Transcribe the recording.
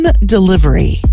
Delivery